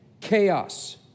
chaos